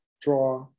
Draw